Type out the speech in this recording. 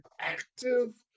active